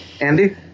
Andy